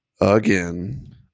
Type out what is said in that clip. again